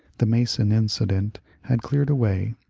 the mason incident had cleared away,